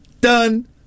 done